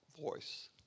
voice